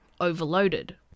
overloaded